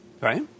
Right